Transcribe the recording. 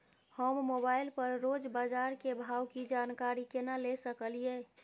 हम मोबाइल पर रोज बाजार के भाव की जानकारी केना ले सकलियै?